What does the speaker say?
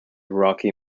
rocky